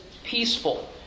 Peaceful